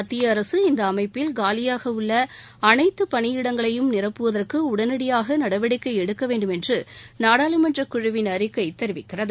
மத்திய அரசு இந்த அமைப்பில் காலியாக உள்ள அனைத்து பணியிடங்களை நிரப்புவதற்கு உடனடியாக நடவடிக்கை எடுக்க வேண்டும் என்று நாடாளுமன்ற குழுவின் அறிக்கை தெரிவிக்கிறது